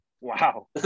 Wow